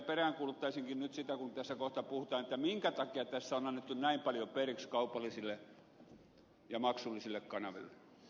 peräänkuuluttaisinkin nyt kun tässä kohta tästä puhutaan minkä takia tässä on annettu näin paljon periksi kaupallisille ja maksullisille kanaville